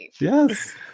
Yes